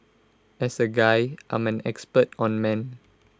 as A guy I'm an expert on men